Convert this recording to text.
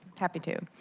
happy to.